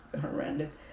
horrendous